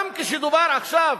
גם כשדובר עכשיו,